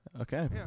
okay